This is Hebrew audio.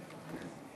ההצבעה: